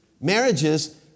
marriages